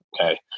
okay